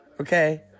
okay